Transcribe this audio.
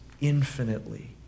infinitely